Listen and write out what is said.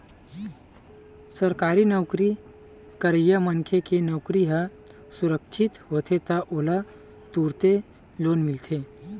सरकारी नउकरी करइया मनखे के नउकरी ह सुरक्छित होथे त ओला तुरते लोन मिलथे